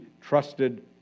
trusted